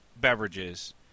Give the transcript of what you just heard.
beverages